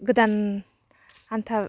गोदान हान्था